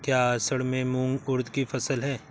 क्या असड़ में मूंग उर्द कि फसल है?